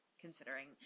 considering